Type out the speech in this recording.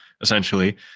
essentially